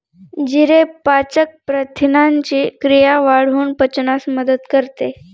जिरे पाचक प्रथिनांची क्रिया वाढवून पचनास मदत करते